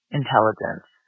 intelligence